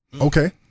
Okay